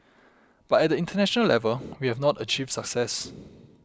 but at the international level we have not achieved success